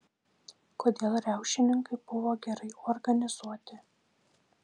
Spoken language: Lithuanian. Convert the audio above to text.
kodėl riaušininkai buvo gerai organizuoti